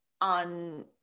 on